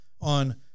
on